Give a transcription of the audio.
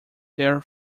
their